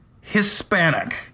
Hispanic